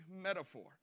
metaphor